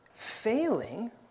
failing